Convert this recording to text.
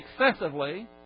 excessively